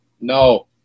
No